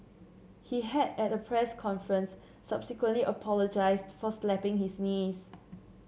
he had at a press conference subsequently apologised for slapping his niece